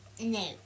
No